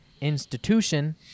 institution